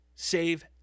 save